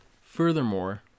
Furthermore